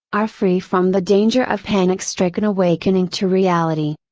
are free from the danger of panic stricken awakening to reality.